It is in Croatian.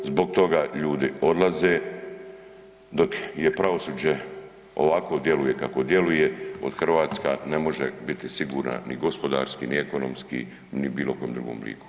Zbog toga ljudi odlaze, dok je pravosuđe, ovako djeluje kako djeluje, od Hrvatska ne može biti sigurna ni gospodarski ni ekonomski ni bilo kojem drugom obliku.